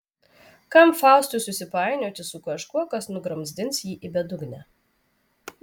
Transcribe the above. kam faustui susipainioti su kažkuo kas nugramzdins jį į bedugnę